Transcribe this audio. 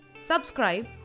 Subscribe